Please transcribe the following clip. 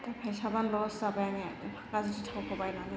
दा फैसाबो लस जाबाय आंनिया गाज्रि थावखौ बायनानै